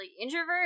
introvert